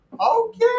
Okay